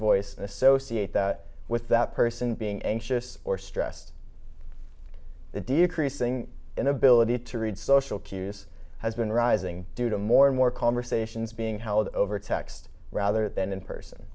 voice and associate that with that person being anxious or stressed the decreasing inability to read social cues has been rising due to more and more conversations being held over text rather than in person